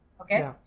okay